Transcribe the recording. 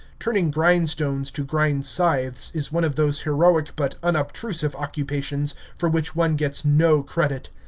turning grindstones to grind scythes is one of those heroic but unobtrusive occupations for which one gets no credit.